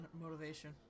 motivation